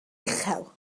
uchel